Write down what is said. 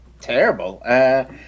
terrible